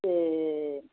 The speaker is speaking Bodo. ए